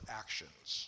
actions